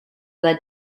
led